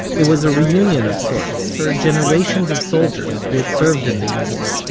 it was a reunion of sorts for generations of soldiers who had served in the unit.